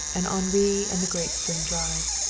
and henri and the great spring drive.